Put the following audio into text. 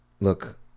look